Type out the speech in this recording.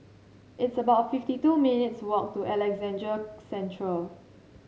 it's about fifty two minutes walk to Alexandra Central